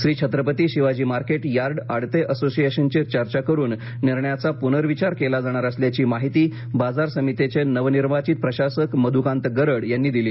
Shri Chhatrapati Shivaji market yard आडते असोसिएशनशी चर्चा करून निर्णयाचा पूनर्विचार केला जाणार असल्याची माहिती बाजार समितीचे नवनिर्वाचित प्रशासक मधूकांत गरड यांनी दिली